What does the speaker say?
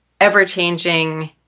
ever-changing